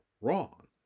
wrong